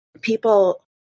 people